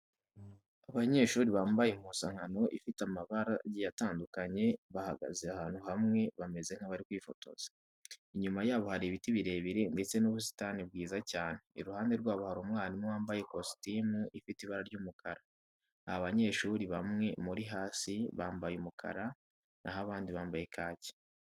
Abanyeshuri bambaye impuzankano ifite amabara agiye atandukanye bahagaze ahantu hamwe bameze nk'abari kwifotoza. Inyuma yabo hari ibiti birebire ndetse n'ubusitani bwiza cyane, iruhande rwabo hari umwarimu wambaye kositimu ifite ibara ry'umukara. Aba banyeshuri bamwe muri hasi bambaye umukara, naho abandi bambaye kaki.